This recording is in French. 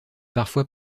parfois